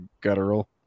guttural